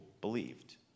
believed